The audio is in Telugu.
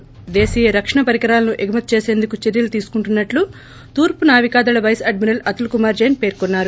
ి దేశీయ రక్షణ పరికరాలను ఎగుమతి చేసేందుకు చర్యలు తీసుకుంటున్నట్టు తూర్చు నావికాదళ vice admiral Atul Kumar Jain పేర్కొన్నారు